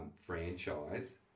franchise